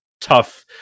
tough